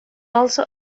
also